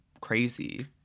crazy